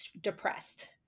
depressed